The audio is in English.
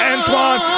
Antoine